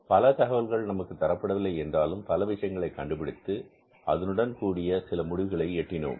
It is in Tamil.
பல தகவல்கள் நமக்கு தரப்படவில்லை என்றாலும் பல விஷயங்களை கண்டுபிடித்து அதனுடன் கூடிய சில முடிவுகளை எட்டினோம்